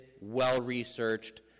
well-researched